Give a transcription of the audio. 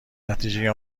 نتیجه